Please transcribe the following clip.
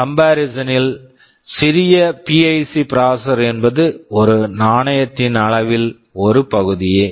comparison comparison ல் சிறிய PIC PIC processor processorஎன்பது ஒரு நாணயத்தின் அளவில் ஒரு பகுதியே